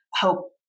hope